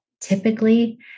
typically